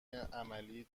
عملی